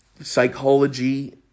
psychology